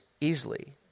easily